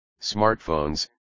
smartphones